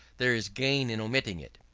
there is gain in omitting it.